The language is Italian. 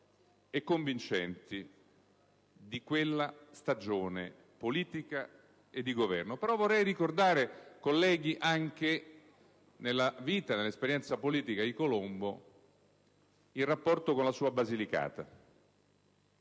e convincenti di quella stagione politica e di governo. Mi sia consentito però ricordare, colleghi, nella vita e nell'esperienza politica di questo uomo il rapporto con la sua Basilicata.